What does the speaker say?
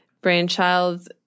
brainchild